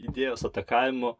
idėjos atakavimo